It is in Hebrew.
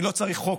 אני לא צריך חוק,